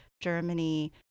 Germany